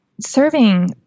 serving